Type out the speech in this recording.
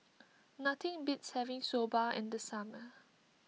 nothing beats having Soba in the summer